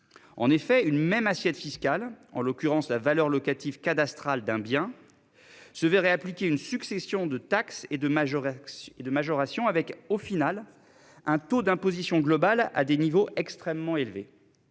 En effet, une même assiette fiscale en l'occurrence la valeur locative cadastrale d'un bien. Se verraient appliquer une succession de taxes et de majorer et de majoration avec au final un taux d'imposition globale à des niveaux extrêmement élevés.